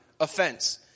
offense